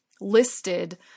listed